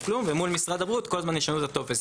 ומול משרד הבריאות כל הזמן ישנו את הטופס.